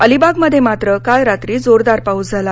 अलिबागमध्ये मात्र काल रात्री जोरदार पाऊस झाला